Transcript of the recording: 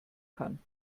kann